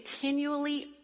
continually